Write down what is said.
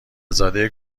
زاده